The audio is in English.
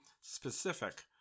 specific